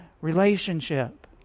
relationship